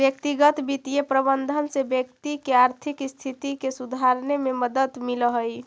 व्यक्तिगत वित्तीय प्रबंधन से व्यक्ति के आर्थिक स्थिति के सुधारने में मदद मिलऽ हइ